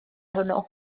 hwnnw